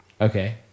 Okay